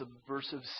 subversive